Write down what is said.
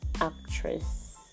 actress